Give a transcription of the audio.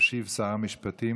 ישיב שר המשפטים.